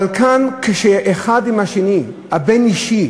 אבל כאן, כשהאחד עם השני, בבין-אישי,